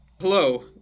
Hello